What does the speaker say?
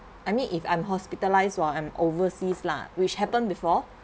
I mean if I'm hospitalised while I'm overseas lah which happen before